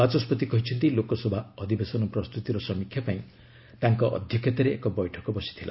ବାଚସ୍କତି କହିଛନ୍ତି ଲୋକସଭା ଅଧିବେଶନ ପ୍ରସ୍ତୁତିର ସମୀକ୍ଷା ପାଇଁ ତାଙ୍କ ଅଧ୍ୟକ୍ଷତାରେ ଏକ ବୈଠକ ବସିଥିଲା